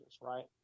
right